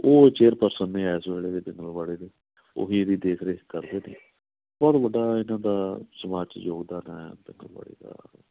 ਉਹ ਚੇਅਰਪਰਸਨ ਨੇ ਇਸ ਵੇਲੇ ਦੇ ਪਿੰਗਲਵਾੜੇ ਦੇ ਉਹ ਹੀ ਇਹਦੀ ਦੇਖ ਰੇਖ ਕਰਦੇ ਨੇ ਬਹੁਤ ਵੱਡਾ ਇਹਨਾਂ ਦਾ ਸਮਾਜ 'ਚ ਯੋਗਦਾਨ ਹੈ ਪਿੰਗਲਵਾੜੇ ਦਾ